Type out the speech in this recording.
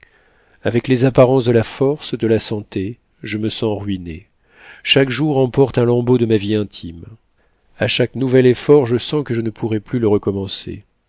avec les apparences de la force de la santé je me sens ruiné chaque jour emporte un lambeau de ma vie intime a chaque nouvel effort je sens que je ne pourrai plus le recommencer